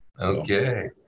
Okay